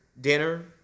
dinner